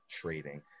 trading